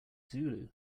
zulu